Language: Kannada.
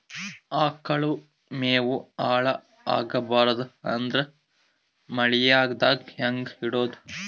ಆಕಳ ಮೆವೊ ಹಾಳ ಆಗಬಾರದು ಅಂದ್ರ ಮಳಿಗೆದಾಗ ಹೆಂಗ ಇಡೊದೊ?